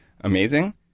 amazing